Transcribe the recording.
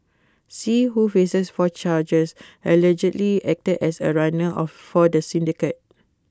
see who faces four charges allegedly acted as A runner of for the syndicate